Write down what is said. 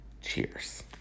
cheers